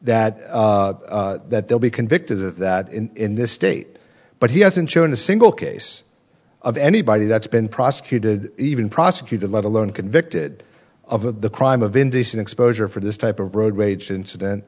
that that they'll be convicted of that in this state but he hasn't shown a single case of anybody that's been prosecuted even prosecuted let alone convicted of of the crime of indecent exposure for this type of road rage incident